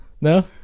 No